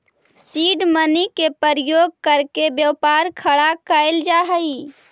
seed money के प्रयोग करके व्यापार खड़ा कैल जा हई